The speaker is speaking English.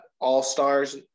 all-stars